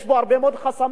יש פה הרבה מאוד חסמים.